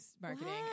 marketing